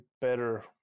better